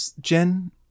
Jen